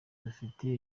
dufite